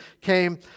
came